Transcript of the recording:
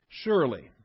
Surely